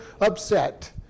upset